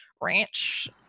ranch